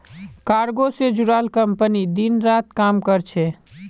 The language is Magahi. कार्गो से जुड़ाल कंपनी दिन रात काम कर छे